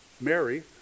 Mary